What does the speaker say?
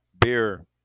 Beer